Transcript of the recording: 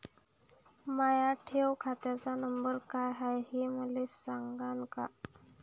माया ठेव खात्याचा नंबर काय हाय हे मले सांगान का?